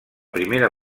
primera